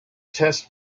test